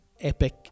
epic